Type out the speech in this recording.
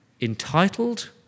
Entitled